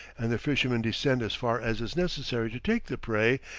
and the fishermen descend as far as is necessary to take the prey,